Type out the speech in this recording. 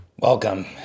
Welcome